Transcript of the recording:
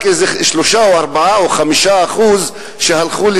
רק 3% או 4% או 5% התחסנו,